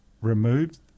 removed